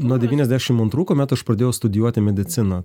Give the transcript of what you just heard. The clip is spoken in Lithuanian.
nuo devyniasdešimt antrų kuomet aš pradėjau studijuoti mediciną